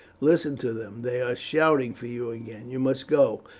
listen to them they are shouting for you again. you must go.